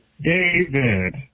David